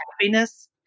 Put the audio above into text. happiness